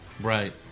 right